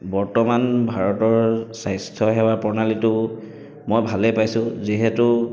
বৰ্তমান ভাৰতৰ স্বাস্থ্যসেৱা প্ৰণালীটো মই ভালেই পাইছো যিহেতু